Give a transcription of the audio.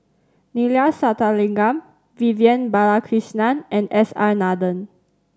Neila Sathyalingam Vivian Balakrishnan and S R Nathan